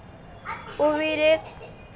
उर्वरक फसल वृद्धि में किस प्रकार सहायक होते हैं?